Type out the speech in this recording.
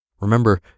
Remember